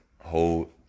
hold